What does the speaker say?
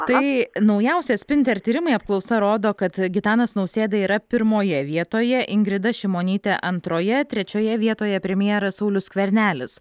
tai naujausia spinter tyrimai apklausa rodo kad gitanas nausėda yra pirmoje vietoje ingrida šimonytė antroje trečioje vietoje premjeras saulius skvernelis